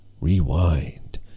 rewind